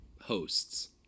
hosts